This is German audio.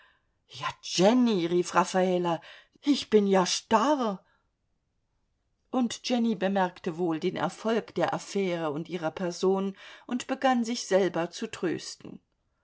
ja jenny rief raffala ich bin ja starr und jenny bemerkte wohl den erfolg der affäre und ihrer person und begann sich selber zu trösten